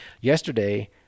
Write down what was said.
yesterday